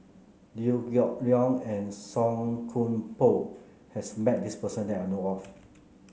Liew Geok Leong and Song Koon Poh has met this person that I know of